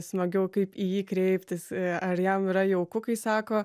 smagiau kaip į jį kreiptis ar jam yra jauku kai sako